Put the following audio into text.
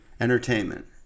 Entertainment